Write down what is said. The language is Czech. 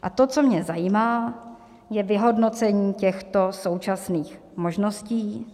A to, co mě zajímá, je vyhodnocení těchto současných možností.